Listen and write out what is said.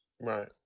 Right